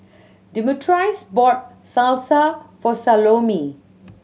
Demetrius bought Salsa for Salome